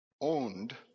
owned